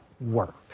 work